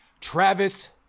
Travis